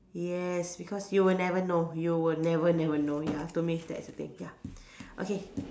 yes because you would never know you would never never know ya to me that's the thing ya okay